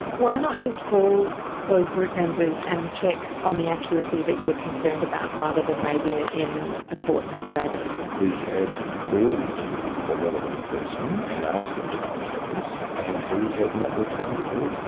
why not just call those group members and check on the accuracy that you were concerned about, rather than raising it in a court affidavit? we had called the relevant person and asked him to contact us, and he had not returned the call.